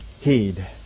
heed